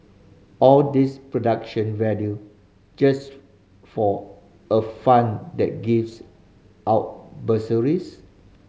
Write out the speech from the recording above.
all this production value just for a fund that gives out bursaries